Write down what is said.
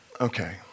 Okay